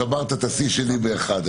שברת את השיא שלי באחד.